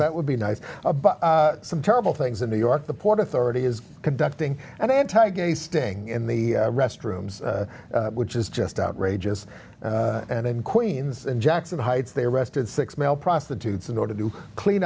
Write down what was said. that would be nice about some terrible things in new york the port authority is conducting an anti gay sting in the restrooms which is just outrageous and in queens in jackson heights they arrested six male prostitutes in order to clean